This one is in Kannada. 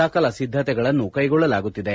ಸಕಲ ಸಿದ್ದತೆಗಳನ್ನು ಕೈಗೊಳ್ಳಲಾಗುತ್ತಿದೆ